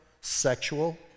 sexual